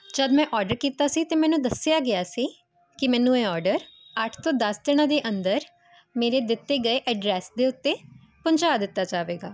ਜਦ ਮੈਂ ਆਰਡਰ ਕੀਤਾ ਸੀ ਤਾਂ ਮੈਨੂੰ ਦੱਸਿਆ ਗਿਆ ਸੀ ਕਿ ਮੈਨੂੰ ਇਹ ਆਰਡਰ ਅੱਠ ਤੋਂ ਦਸ ਦਿਨਾਂ ਦੇ ਅੰਦਰ ਮੇਰੇ ਦਿੱਤੇ ਗਏ ਐਡਰੈਸ ਦੇ ਉੱਤੇ ਪਹੁੰਚਾ ਦਿੱਤਾ ਜਾਵੇਗਾ